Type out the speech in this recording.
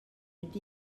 mynd